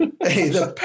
Hey